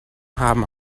haben